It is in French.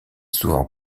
souvent